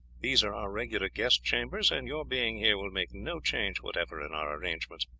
these are our regular guest-chambers, and your being here will make no change whatever in our arrangements.